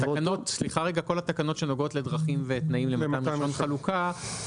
כל התקנות שנוגעות לדרכים ותנאים למתן רישיון חלוקה,